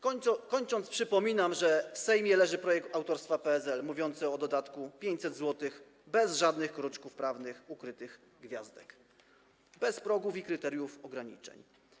Kończąc, przypominam, że w Sejmie leży projekt autorstwa PSL mówiący o dodatku 500 zł, bez żadnych kruczków prawnych, ukrytych gwiazdek, bez progów i kryteriów ograniczeń.